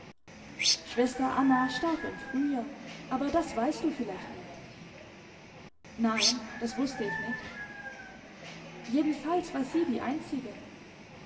schwester anna starb im frühjahr aber das weißt du vielleicht nicht nein das wußte ich nicht jedenfalls war sie die einzige